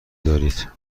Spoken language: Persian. دارید